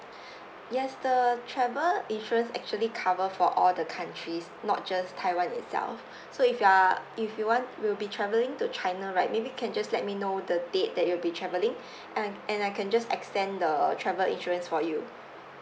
yes the travel insurance actually cover for all the countries not just taiwan itself so if you are if you want will be travelling to china right maybe can just let me know the date that you'll be travelling and and I can just extend the travel insurance for you